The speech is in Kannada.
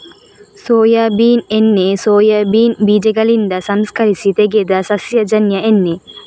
ಸೋಯಾಬೀನ್ ಎಣ್ಣೆ ಸೋಯಾಬೀನ್ ಬೀಜಗಳಿಂದ ಸಂಸ್ಕರಿಸಿ ತೆಗೆದ ಸಸ್ಯಜನ್ಯ ಎಣ್ಣೆ